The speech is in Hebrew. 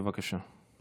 בבקשה.